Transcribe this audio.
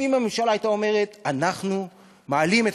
אם הממשלה הייתה אומרת: אנחנו מעלים את